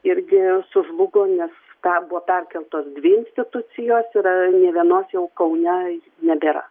irgi sužlugo nes ten buvo perkeltos dvi institucijos yra nė vienos jau kaune nebėra